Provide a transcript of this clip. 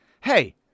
Hey